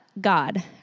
God